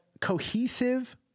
cohesive